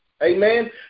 Amen